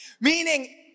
meaning